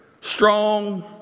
strong